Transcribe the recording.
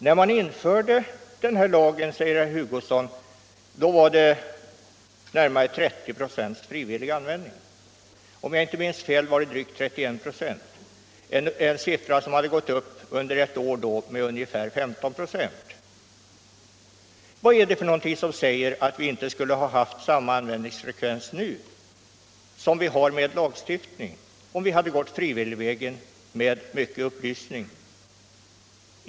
När man införde denna lag, säger herr Hugosson, var det närmare 30 96 frivillig användning. Om jag inte minns fel var det drygt 31 96 — siffran hade gått upp under ett år med ungefär 15 96. Vad är det som säger att vi inte skulle ha haft samma användningsfrekvens nu som vi har med en lagstiftning, om vi hade gått frivilligvägen med mycket upplysning?